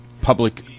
public